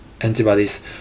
antibodies